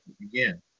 again